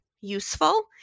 useful